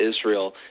Israel